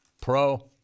pro